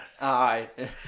Aye